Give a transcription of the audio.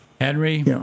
Henry